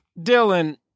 Dylan